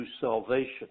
salvation